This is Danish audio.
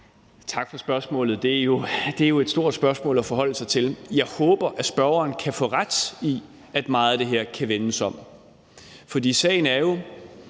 Tak for spørgsmålet. Det er jo et stort spørgsmål at forholde sig til. Jeg håber, at spørgeren kan få ret i, at meget af det her kan vendes om, for sagen er,